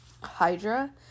hydra